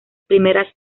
primeras